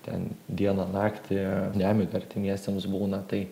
ten dieną naktį nemiga artimiesiems būna tai